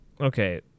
okay